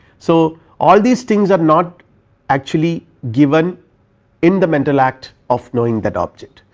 so all these things are not actually given in the mental act of knowing that object.